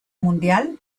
mundial